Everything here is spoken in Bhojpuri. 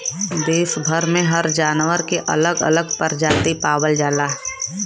देस भर में हर जानवर के अलग अलग परजाती पावल जाला